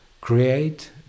create